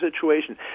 situation